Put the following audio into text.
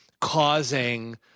causing